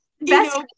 best